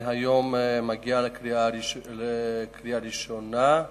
והיא מגיעה היום להצבעה בקריאה ראשונה.